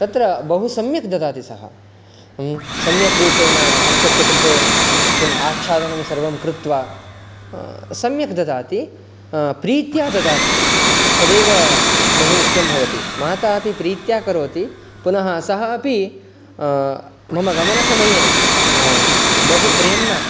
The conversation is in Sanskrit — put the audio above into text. तत्र बहुसम्यक् ददाति सः सम्यक्रूपेण हस्तस्य कृते किम् आच्छादनं सर्वं कृत्वा सम्यक् ददाति प्रीत्या ददाति तदेव बहु मुख्यं भवति माता अपि प्रीत्या करोति पुनः सः अपि मम गमनसमये बहुप्रेम्णा